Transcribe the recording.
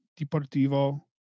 Deportivo